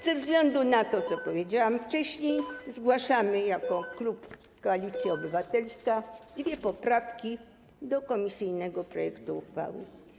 Ze względu na to, co powiedziałam wcześniej, zgłaszamy jako klub Koalicja Obywatelska dwie poprawki do komisyjnego projektu uchwały.